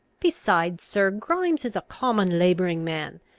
besides, sir, grimes is a common labouring man,